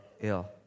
ill